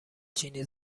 چینی